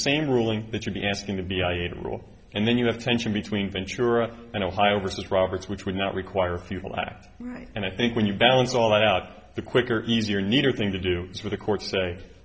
same ruling that you'd be asking to be made a rule and then you have tension between ventura and ohio versus roberts which would not require theophylact and i think when you balance all that out the quicker easier neater thing to do is for the court s